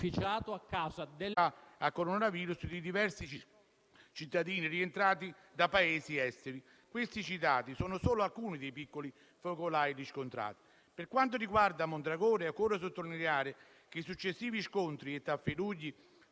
gli altri focolai scoperti casualmente in altre zone limitate della penisola, sono la logica e prevedibile conseguenza dell'apertura e della libera circolazione nel nostro Paese, a livello sia interregionale, sia internazionale. D'altronde non vi erano alternative.